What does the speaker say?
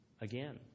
again